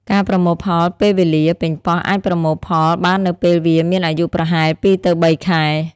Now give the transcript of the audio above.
ការប្រមូលផលពេលវេលា ប៉េងប៉ោះអាចប្រមូលផលបាននៅពេលវាមានអាយុប្រហែល ២ ទៅ ៣ ខែ។